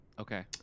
Okay